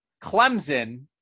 Clemson